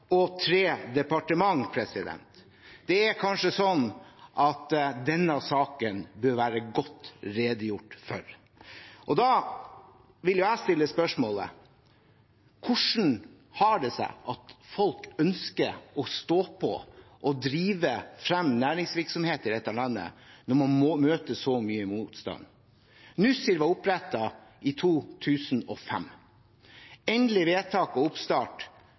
og tre departementer. Det er kanskje sånn at denne saken bør være godt redegjort for. Da vil jeg stille spørsmålet: Hvordan har det seg at folk ønsker å stå på og drive frem næringsvirksomhet i dette landet når man møter så mye motstand? Nussir ble opprettet i 2005, og når det gjelder endelig vedtak og oppstart